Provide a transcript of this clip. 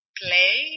play